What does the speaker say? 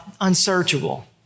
unsearchable